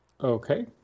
Okay